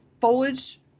foliage